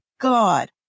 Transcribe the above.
God